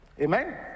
Amen